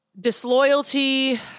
disloyalty